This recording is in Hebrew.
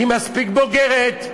היא מספיק בוגרת,